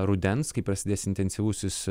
rudens kai prasidės intensyvusis